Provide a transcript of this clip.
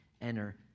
enter